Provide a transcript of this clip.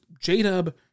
J-Dub